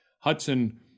Hudson